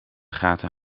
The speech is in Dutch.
gaten